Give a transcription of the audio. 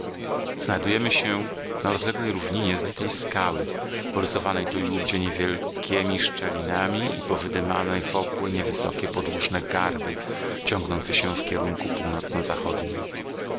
znajdujemy się na rozległej równinie z litej skały porysowanej tu i ówdzie niewielkiemi szczelinami i powydymanej w obłe niewysokie podłużne garby ciągnące się w kierunku północno zachodnim